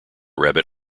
rabbit